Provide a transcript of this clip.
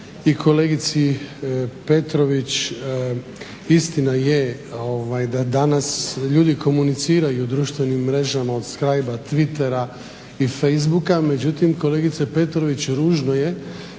kolegici Petrović istina je da danas ljudi komuniciraju društvenim mrežama od Skyba, Twittera i Facebooka. Međutim kolegice Petrović ružno je kada